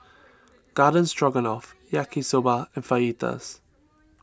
Garden Stroganoff Yaki Soba and Fajitas